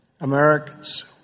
Americans